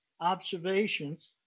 observations